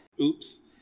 Oops